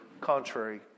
contrary